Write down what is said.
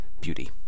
beauty